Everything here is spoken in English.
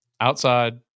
Outside